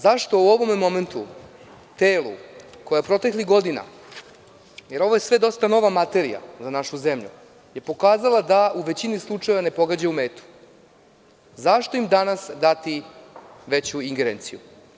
Zašto u ovom momentu telu koje je proteklih godina, jer ovo je sve dosta nova materija za našu zemlju, pokazalo da u većini slučajeva ne pogađa u metu, zašto im danas dati veću ingerenciju?